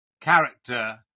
character